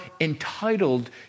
entitled